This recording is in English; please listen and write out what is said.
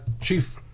chief